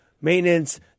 Maintenance